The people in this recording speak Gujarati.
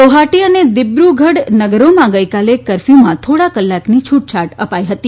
ગુવહાટી અને દિલુગઢ નગરોમાં ગઇકાલે કરફ્યુમાં થોડા કલાકની છુટછાટ અપાઇ હતી